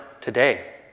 today